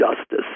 justice